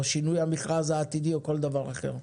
או שינוי המכרז העתידי או כל דבר אחר.